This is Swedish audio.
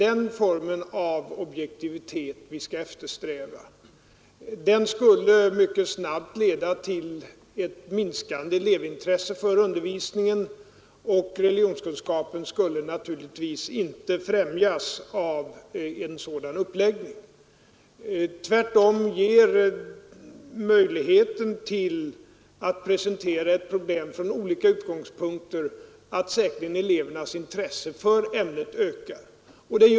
En sådan objektivitet skulle mycket snabbt leda till ett minskande elevintresse för undervisningen, och religionskunskapen skulle naturligtvis inte främjas av en sådan uppläggning. Tvärtom bidrar säkerligen möjligheten att presentera ett problem från olika utgångspunkter till att elevernas intresse för ämnet ökar.